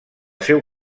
seu